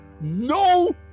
no